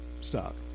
stock